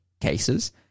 cases